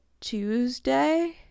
Tuesday